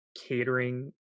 catering